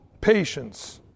patience